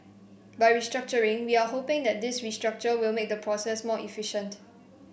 by restructuring we are hoping that this restructure will make the process more efficient